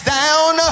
down